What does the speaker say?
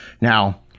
Now